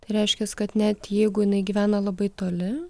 tai reiškias kad net jeigu jinai gyvena labai toli